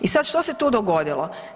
I sad što se tu dogodilo?